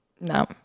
No